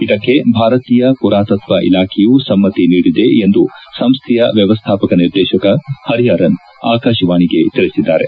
ಇದಕ್ಕೆ ಭಾರತೀಯ ಪುರಾತತ್ವ ಇಲಾಖೆಯೂ ಸಮ್ನತಿ ನೀಡಿದೆ ಎಂದು ಸಂಸ್ಲೆಯ ವ್ಯವಸ್ಥಾಪಕ ನಿರ್ದೇಶಕ ಹರಿಪರನ್ ಆಕಾಶವಾಣಿಗೆ ತಿಳಿಸಿದ್ದಾರೆ